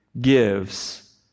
gives